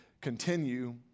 continue